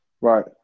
Right